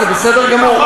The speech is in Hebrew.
זה בסדר גמור.